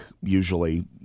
usually